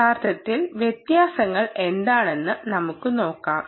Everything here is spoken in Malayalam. യഥാർത്ഥത്തിൽ വ്യത്യാസങ്ങൾ എന്താണെന്ന് നമുക്ക് നോക്കാം